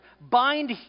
bind